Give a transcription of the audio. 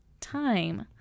time